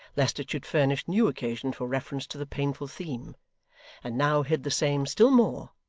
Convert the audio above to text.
lest it should furnish new occasion for reference to the painful theme and now hid the same still more,